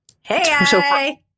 hey